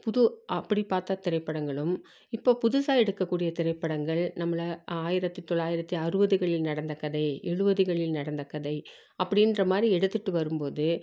புது அப்படி பார்த்த திரைப்படங்களும் இப்போ புதுசாக எடுக்கக்கூடிய திரைப்படங்கள் நம்ம ஆயிரத்தி தொள்ளாயிரத்தி அறுபதுகளில் நடந்த கதை எழுவதுகளில் நடந்த கதை அப்படின்ற மாதிரி எடுத்துட்டு வரும்போது